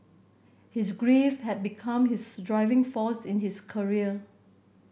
his grief had become his driving force in his career